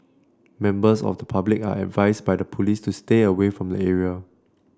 members of the public are advised by the police to stay away from the area